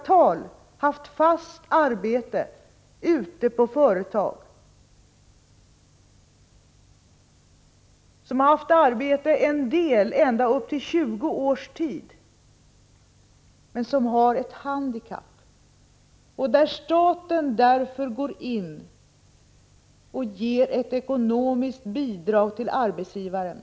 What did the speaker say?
15 november 1985 Men då inkluderar man i siffran människor som i åratal, i en del fall i ända upp till 20 års tid, har haft fast arbete ute på företag, men som har ett handikapp och för vilka staten därför går in och ger ett ekonomiskt bidrag till arbetsgivaren.